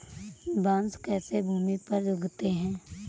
बांस कैसे भूमि पर उगते हैं?